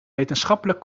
wetenschappelijk